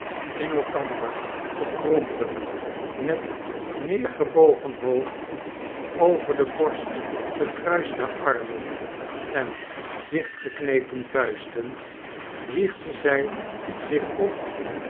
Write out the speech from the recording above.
in elkander gekrompen met neergebogen hoofd over de borst gekruiste armen en dichtgeknepen vuisten wiegde zij zich op